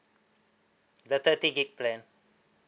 the thirty gig plan